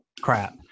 crap